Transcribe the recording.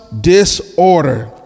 disorder